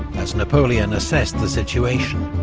as napoleon assessed the situation,